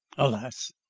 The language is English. alas!